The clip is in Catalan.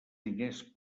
diners